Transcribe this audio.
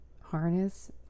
harness